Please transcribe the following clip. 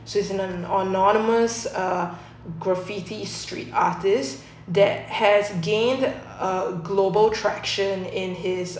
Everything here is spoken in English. switzerland and anonymous uh graffiti street artist that has gained a global traction in his